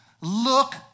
look